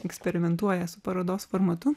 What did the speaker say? eksperimentuoja su parodos formatu